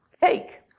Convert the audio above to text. take